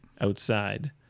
outside